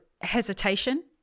hesitation